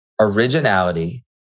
originality